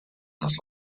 das